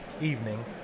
evening